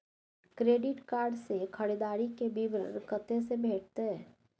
Credit card से खरीददारी के विवरण कत्ते से भेटतै?